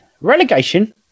relegation